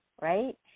right